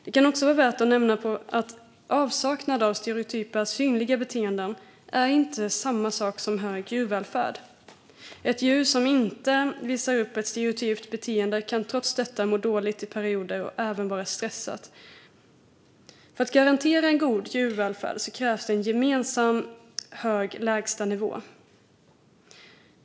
Det kan också vara värt att nämna att avsaknad av stereotypa synliga beteenden inte är samma sak som hög djurvälfärd. Ett djur som inte visar upp ett stereotypt beteende kan trots detta må dåligt i perioder och även vara stressat. För att garantera en god djurvälfärd krävs en gemensam hög lägstanivå.